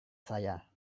saya